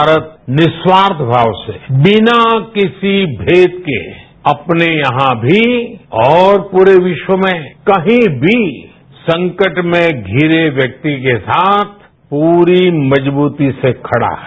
भारत निस्वार्थ भाव से बिना किसी भेद के अपने यहां भी और पूरे विश्व में कहीं भी संकट में घिरे व्यक्ति के साथ पूरी मजबूती से खड़ा है